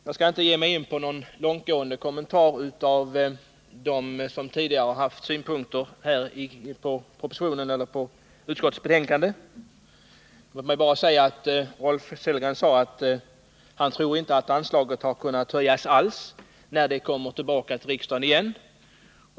Jag skall inte ge mig in på några långtgående kommentarer av de synpunkter på propositionen och utskottets betänkande som framförts här tidigare. Låt mig bara säga några ord till Rolf Sellgren. Han sade att han inte tror att anslaget alls kommer att ha kunnat höjas, när ärendet kommer tillbaka till riksdagen igen.